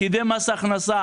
פקידי מס הכנסה,